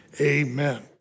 amen